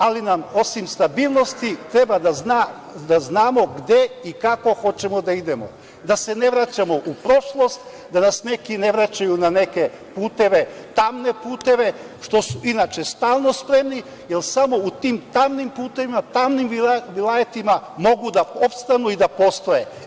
Ali, osim stabilnosti, treba da znamo gde i kako hoćemo da idemo, da se ne vraćamo u prošlost, da nas neki ne vraćaju na neke puteve, tamne puteve, na šta su inače stalno spremni, jer samo u tim tamnim putevima, tamnim vilajetima, mogu da opstanu i da postoje.